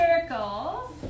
circle